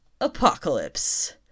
Apocalypse